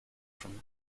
from